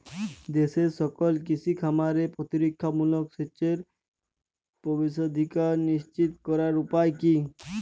দেশের সকল কৃষি খামারে প্রতিরক্ষামূলক সেচের প্রবেশাধিকার নিশ্চিত করার উপায় কি?